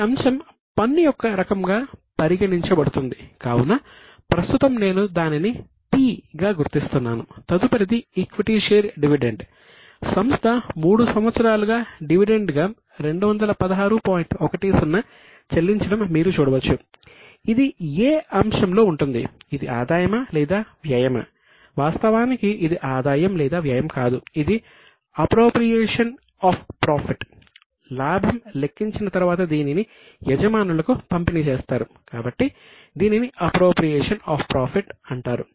ఈ అంశం పన్ను అంటారు